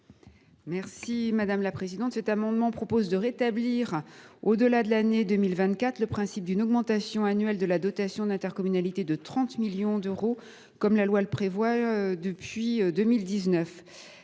Mme la rapporteure spéciale. Cet amendement a pour objet de rétablir, au delà de l’année 2024, le principe d’une augmentation annuelle de la dotation d’intercommunalité de 30 millions d’euros, comme la loi le prévoit depuis 2019.